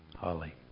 Holly